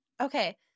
Okay